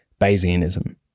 Bayesianism